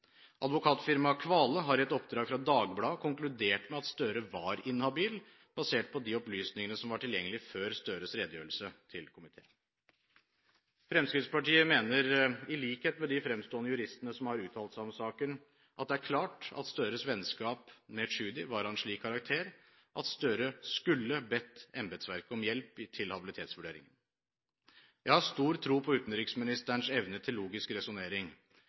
Advokatfirmaet Kvale har på oppdrag av Dagbladet konkludert med at Gahr Støre var inhabil, basert på de opplysningene som var tilgjengelige før Gahr Støres redegjørelse til komiteen. Fremskrittspartiet mener, i likhet med de fremstående juristene som har uttalt seg om saken, at det er klart at Gahr Støres vennskap med Tschudi var av en slik karakter at Gahr Støre skulle bedt embetsverket om hjelp til habilitetsvurderingen. Jeg har stor tro på utenriksministerens evne til logisk resonnering,